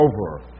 over